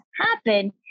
happen